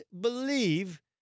believe